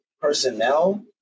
personnel